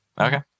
okay